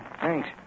Thanks